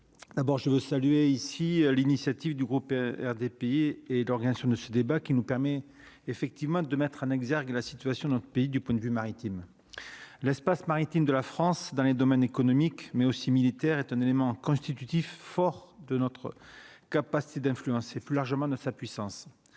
d'abord je veux saluer ici l'initiative du groupe R des pieds et l'organisation de ce débat qui nous permet effectivement de mettre en exergue la situation notre pays du point de vue maritime l'espace maritime de la France dans les domaines économique mais aussi militaire est un élément constitutif fort de notre capacité d'influence et plus largement de sa puissance,